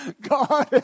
God